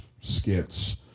skits